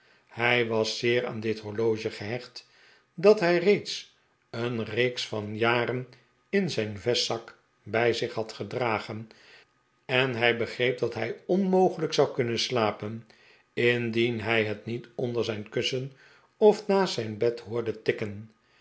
hij was zeer aan dit horloge gehecht dat hij reeds een reeks van jaren in zijn vestzak bij zich had gedragen en hij begreep dat hij onmogelijk zou kunnen slapen indien hij het niet onder zijn kussen of naast zijn bed hoorde tikken